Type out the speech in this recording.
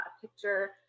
picture